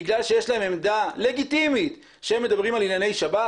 בגלל שיש להם עמדה לגיטימית שהם מדברים על ענייני שבת?